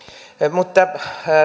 mutta